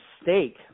mistake